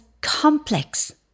complex